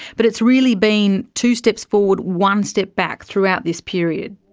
but it's really been two steps forward, one step back throughout this period.